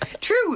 True